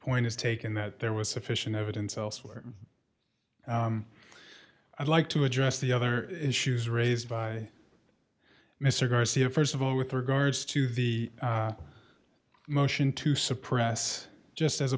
point is taken that there was sufficient evidence elsewhere i'd like to address the other issues raised by mr garcia st of all with regards to the motion to suppress just as a